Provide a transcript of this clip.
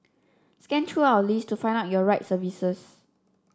scan through our list to find out your right services